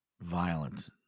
violent